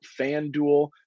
FanDuel